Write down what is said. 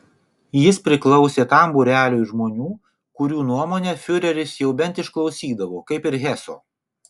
jis priklausė tam būreliui žmonių kurių nuomonę fiureris jau bent išklausydavo kaip ir heso